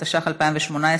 התשע"ח 2018,